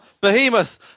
Behemoth